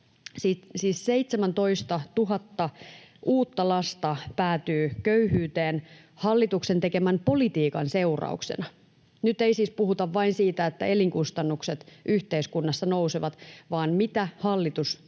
Siis 17 000 uutta lasta päätyy köyhyyteen hallituksen tekemän politiikan seurauksena. Nyt ei siis puhuta vain siitä, että elinkustannukset yhteiskunnassa nousevat, vaan siitä, mitä hallitus tekee